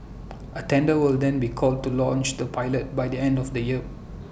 A tender will then be called to launch the pilot by the end of the year